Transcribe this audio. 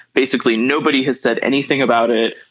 basically nobody has said anything about it.